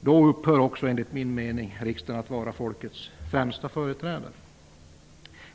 Då upphör också, enligt min mening, riksdagen att vara folkets främsta företrädare.